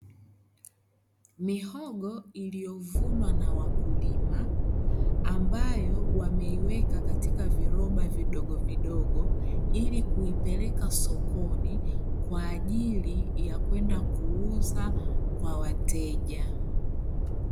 Mihogo iliyovunwa na wakulima, ambayo wameiweka katika viroba vidogo vidogo, ili kuipeleka sokoni kwaajili ya kwenda kuuza kwa wateja.